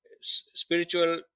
spiritual